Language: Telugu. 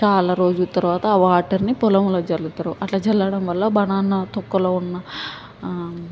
చాలా రోజుల తర్వాత ఆ వాటర్ని పొలంలో జల్లుతారు అట్లా జల్లడం వల్ల బనానా తొక్కలో ఉన్న ఆ